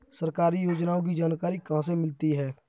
सरकारी योजनाओं की जानकारी कहाँ से मिलती है?